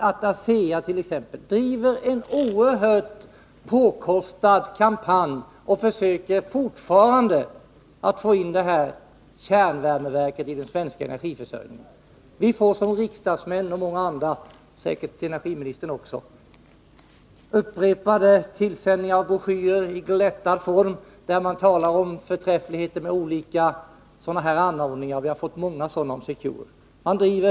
ASEA driver en oerhört påkostad kampanj och försöker fortfarande att få in detta kärnvärmeverk i den svenska energiförsörjningen. Vi riksdagsmän, liksom många andra och säkert också energiministern, får upprepade sändningar av broschyrer i glättad form, där det talas om förträffligheten med sådana här anordningar. Vi har fått många sådana om Secure.